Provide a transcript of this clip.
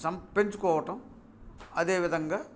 some పెంచుకోవటం అదే విధంగా